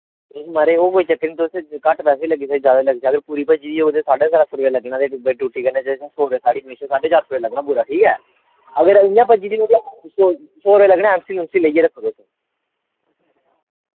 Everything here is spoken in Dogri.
महाराज ओह् कोई चक्कर नी तुस घट्ट पैसे लग्गी सकदे ज्यादा लग्गी सकदे पूरी भज्जी दी ओ ते साड्डे त्रै सौ रपेआ लग्गना ते टूटी कन्नै सौ रपेआ साढ़ी कमीशन साड्डे चार सौ रपेआ लग्गना पूरा ठीक ऐ अगर इ'यां भज्जी दी ओ ते सौ सौ रपेआ लग्गना एम सील उम सील लेइयै रक्खुड़ो तुस